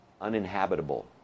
uninhabitable